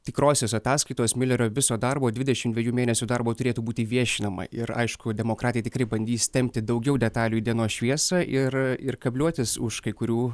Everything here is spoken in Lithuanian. tikrosios ataskaitos miulerio viso darbo dvidešimt dvejų mėnesių darbo turėtų būti viešinama ir aišku demokratai tikrai bandys tempti daugiau detalių į dienos šviesą ir ir kabliuotis už kai kurių